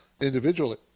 individually